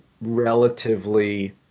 relatively